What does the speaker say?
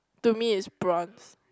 to me is prawns